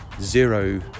zero